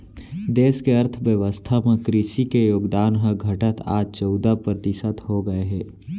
देस के अर्थ बेवस्था म कृसि के योगदान ह घटत आज चउदा परतिसत हो गए हे